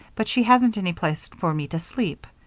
but she hasn't any place for me to sleep.